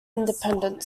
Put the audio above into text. independent